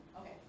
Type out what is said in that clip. Okay